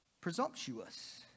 presumptuous